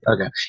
Okay